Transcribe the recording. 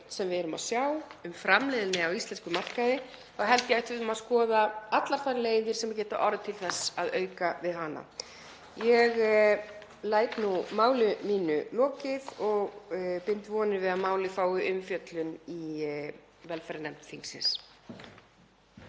sem við erum að sjá um framleiðni á íslenskum markaði, þá held ég að við eigum að skoða allar þær leiðir sem geta orðið til þess að auka við hana. Ég læt nú máli mínu lokið og bind vonir við að málið fái umfjöllun í velferðarnefnd þingsins.